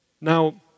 Now